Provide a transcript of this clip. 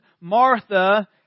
Martha